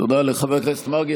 תודה לחבר הכנסת מרגי.